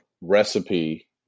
recipe